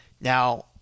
Now